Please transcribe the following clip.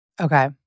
Okay